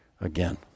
again